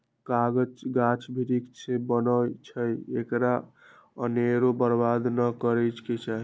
कागज गाछ वृक्ष से बनै छइ एकरा अनेरो बर्बाद नऽ करे के चाहि